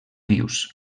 vius